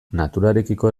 naturarekiko